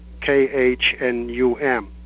K-H-N-U-M